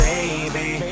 Baby